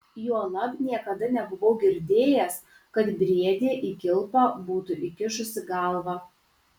juolab niekada nebuvau girdėjęs kad briedė į kilpą būtų įkišusi galvą